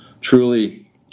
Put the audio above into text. truly